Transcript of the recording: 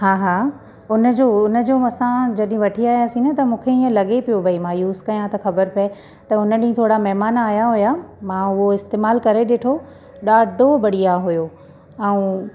हा हा उन जो उन जो मूसां जॾहिं वठी आहियासीं त मूंखे ईअं लॻे पियो भई मां यूज़ कयां त ख़बरु पए त हुन ॾींहुं थोरा महिमान आहियां हुआ मां उहो इस्तेमालु करे ॾिठो ॾाढो बढ़िया हुओ ऐं